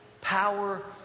Power